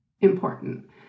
important